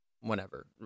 Whenever